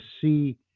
see